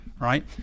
right